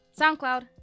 SoundCloud